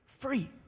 free